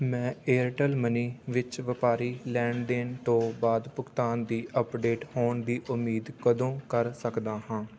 ਮੈਂ Airtel Money ਵਿੱਚ ਵਪਾਰੀ ਲੈਣ ਦੇਣ ਤੋਂ ਬਾਅਦ ਭੁਗਤਾਨ ਦੀ ਅੱਪਡੇਟ ਹੋਣ ਦੀ ਉਮੀਦ ਕਦੋਂ ਕਰ ਸਕਦਾ ਹਾਂ